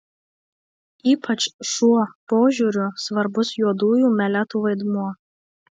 ypač šuo požiūriu svarbus juodųjų meletų vaidmuo